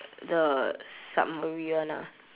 the summary one ah